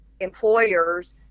employers